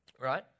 right